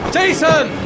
Jason